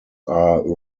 are